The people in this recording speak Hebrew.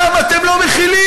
למה אתם לא מחילים?